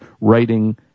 writing